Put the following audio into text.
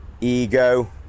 Ego